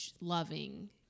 loving